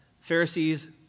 Pharisees